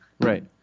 Right